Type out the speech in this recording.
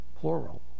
Plural